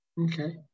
Okay